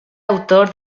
autor